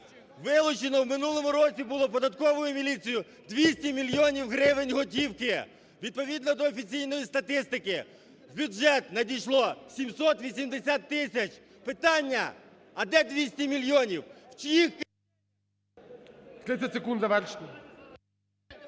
Вилучено в минулому році було податковою міліцією 200 мільйонів гривень готівки. Відповідно до офіційної статистики в бюджет надійшло 780 тисяч. Питання: а де 200 мільйонів, в чиїх… ГОЛОВУЮЧИЙ.